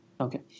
Okay